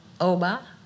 Oba